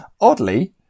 oddly